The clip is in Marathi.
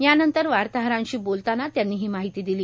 यानंतर वार्ताहरांशी बोलताना त्यांनी ही माहिती दिली